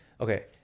Okay